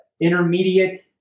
Intermediate